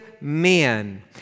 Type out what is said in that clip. men